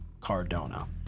Cardona